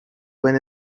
when